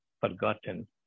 forgotten